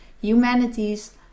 humanities